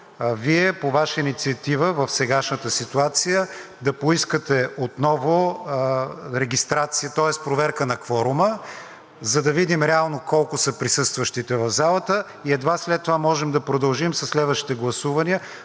Вие по Ваша инициатива в сегашната ситуация да поискате отново регистрация, тоест проверка на кворума, за да видим реално колко са присъстващите в залата, и едва след това можем да продължим със следващите гласувания,